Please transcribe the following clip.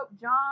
John